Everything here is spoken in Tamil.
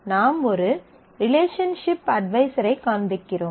நாம் ஒரு ரிலேஷன்ஷிப் அட்வைசரைக் காண்பிக்கிறோம்